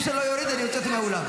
כולנו, כולנו חרדים לגורל החרדים.